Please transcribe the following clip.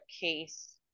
case